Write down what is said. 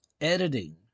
editing